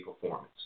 performance